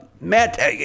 matt